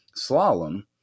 slalom